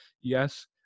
yes